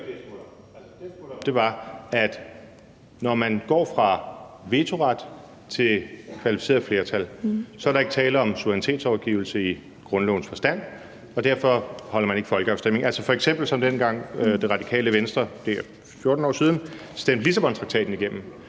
om, var, at når man går fra vetoret til kvalificeret flertal, er der ikke tale om suverænitetsafgivelse i grundlovens forstand, og derfor holder man ikke folkeafstemning – altså f.eks. som dengang Radikale Venstre, det er 14 år siden, stemte Lissabontraktaten igennem.